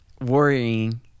worrying